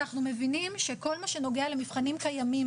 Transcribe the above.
אנחנו מבינים שכל מה שנוגע למבחנים קיימים,